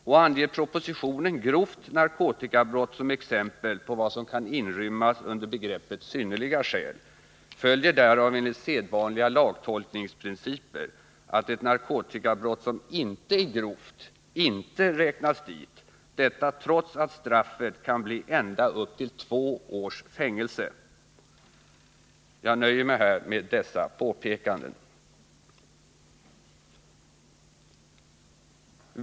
Om propositionen anger grovt narkotikabrott som exempel på sådant som kan inrymmas under begreppet synnerliga skäl, följer därav enligt sedvanliga lagtolkningprinciper att ett narkotikabrott som inte är grovt inte räknas dit — detta trots att straffet kan bli ända upp till två års fängelse. Jag nöjer mig med dessa påpekanden.